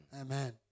Amen